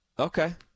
Okay